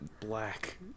black